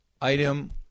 item